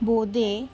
বোঁদে